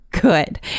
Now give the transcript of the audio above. good